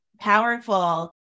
powerful